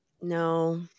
No